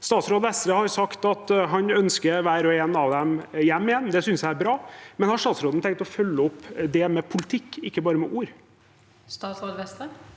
Statsråd Vestre har sagt at han ønsker hver og en av dem hjem igjen. Det synes jeg er bra, men har statsråden tenkt å følge det opp med politikk, ikke bare med ord?